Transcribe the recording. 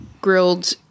grilled